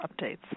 updates